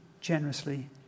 generously